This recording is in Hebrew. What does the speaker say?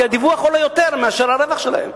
כי הדיווח עולה יותר מהרווח שלהן.